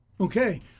Okay